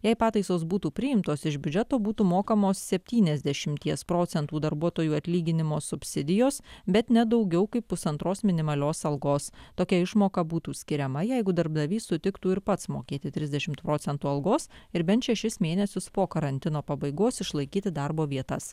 jei pataisos būtų priimtos iš biudžeto būtų mokamos septyniasdešimties procentų darbuotojų atlyginimo subsidijos bet ne daugiau kaip pusantros minimalios algos tokia išmoka būtų skiriama jeigu darbdavys sutiktų ir pats mokėti trisdešimt procentų algos ir bent šešis mėnesius po karantino pabaigos išlaikyti darbo vietas